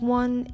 one